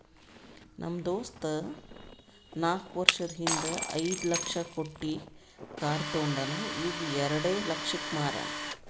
ನಮ್ ದೋಸ್ತ ನಾಕ್ ವರ್ಷದ ಹಿಂದ್ ಐಯ್ದ ಲಕ್ಷ ಕೊಟ್ಟಿ ಕಾರ್ ತೊಂಡಾನ ಈಗ ಎರೆಡ ಲಕ್ಷಕ್ ಮಾರ್ಯಾನ್